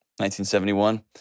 1971